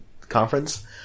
conference